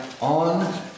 on